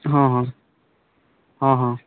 ହଁ ହଁ ହଁ ହଁ